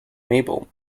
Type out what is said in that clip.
mabel